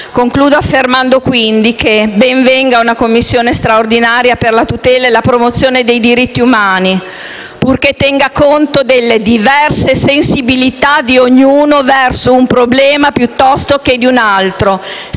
Concludo affermando, quindi, che ben venga una Commissione straordinaria per la tutela e la promozione dei diritti umani, purché tenga conto delle diverse sensibilità di ognuno verso un problema piuttosto che di un altro,